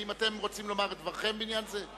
האם אתם רוצים לומר את דברכם בעניין זה?